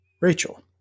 Rachel